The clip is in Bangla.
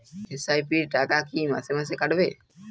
এস.আই.পি র টাকা কী মাসে মাসে কাটবে?